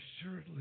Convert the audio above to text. Assuredly